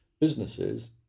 businesses